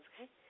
okay